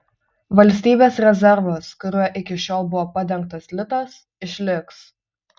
valstybės rezervas kuriuo iki šiol buvo padengtas litas išliks